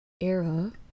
era